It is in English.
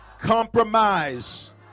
compromise